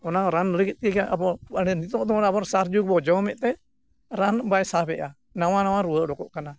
ᱚᱱᱟ ᱨᱟᱱ ᱞᱟᱹᱜᱤᱫ ᱛᱮᱜᱮ ᱟᱵᱚ ᱦᱟᱱᱮ ᱱᱤᱛᱳᱜ ᱫᱚ ᱚᱱᱟ ᱥᱟᱨ ᱡᱩᱜᱽ ᱵᱚᱱ ᱡᱚᱢᱮᱫᱛᱮ ᱨᱟᱱ ᱵᱟᱭ ᱥᱟᱵᱮᱜᱼᱟ ᱱᱟᱣᱟ ᱱᱟᱣᱟ ᱨᱩᱣᱟᱹ ᱚᱰᱚᱠᱚᱜ ᱠᱟᱱᱟ